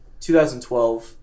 2012